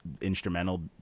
instrumental